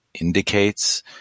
indicates